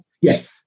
yes